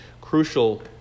crucial